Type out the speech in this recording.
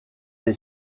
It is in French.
est